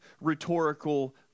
rhetorical